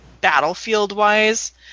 Battlefield-wise